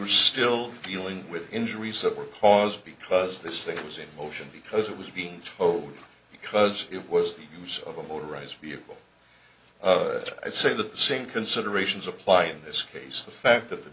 you're still dealing with injuries that were caused because this thing was in motion because it was being towed because it was the use of a motorized vehicle i'd say the same considerations apply in this case the fact that th